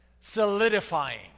solidifying